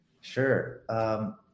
Sure